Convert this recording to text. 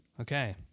okay